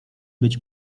być